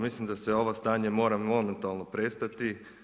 Mislim da se ovo stanje mora momentalno prestati.